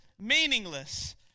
meaningless